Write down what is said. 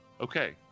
Okay